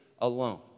alone